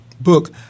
book